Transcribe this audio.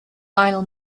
final